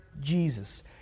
Jesus